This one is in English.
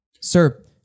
Sir